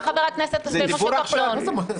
וחבר הכנסת משה כחלון.